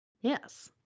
Yes